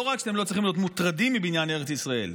לא רק שאתם לא צריכים להיות מוטרדים מבניין ארץ ישראל,